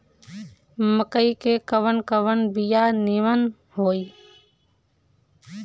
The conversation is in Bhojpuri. मकई के कवन कवन बिया नीमन होई?